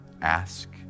Ask